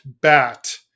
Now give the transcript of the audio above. bat